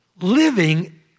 living